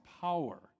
power